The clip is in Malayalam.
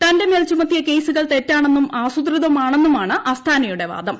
തന്റെ മേൽ ചുമത്തിയ കേസുകൾ തെറ്റാണെന്നും ആസൂ ത്രിതമാണെന്നുമാണ് അസ്താനയുടെ വാദം